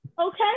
okay